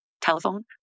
Telephone